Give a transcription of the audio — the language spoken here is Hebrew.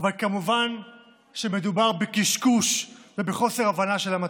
כמובן שמדובר בקשקוש ובחוסר הבנה של המצב.